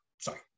sorry